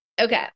Okay